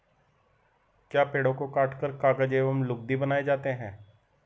क्या पेड़ों को काटकर कागज व लुगदी बनाए जाते हैं?